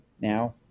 now